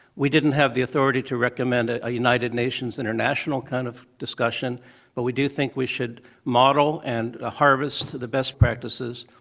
we didn't have the authority to recommend a united nations international kind of discussion but we do think we should model and ah harvest the best practices.